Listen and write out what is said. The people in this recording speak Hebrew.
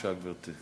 בבקשה, גברתי.